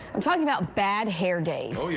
i'm talking about bad hair days.